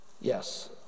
yes